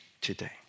today